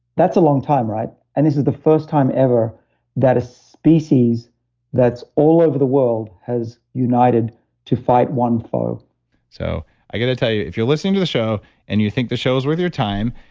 that's a long time, right? and this is the first time ever that a species that's all over the world has united to fight one foe so i've got to tell you, if you're listening to the show and you think the show is worth your time,